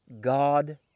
God